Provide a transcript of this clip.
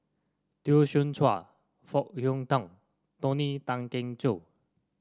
Teo Soon Chuan Foo Hong Tatt Tony Tan Keng Joo